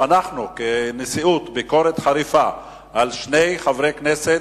אנחנו כנשיאות יש לנו ביקורת חריפה על שני חברי כנסת,